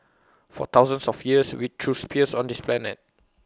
for thousands of years we threw spears on this planet